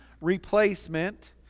replacement